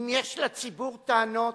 אם יש לציבור טענות,